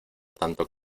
tanto